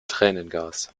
tränengas